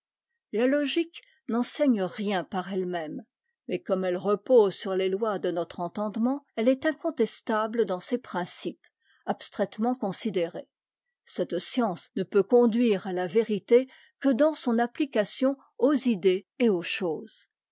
la logique n'enseigne rien par ehe même mais comme ell'é repose sur les lois de notre entendement elle est incontestable dans ses principes abstraitement considérés eette science ne peut conduire à la vérité que dans son application aux idées et aux choses